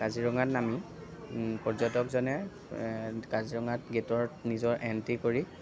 কাজিৰঙাত নামি পৰ্যটকজনে কাজিৰঙাত গেটৰ নিজৰ এণ্ট্ৰী কৰি